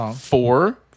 four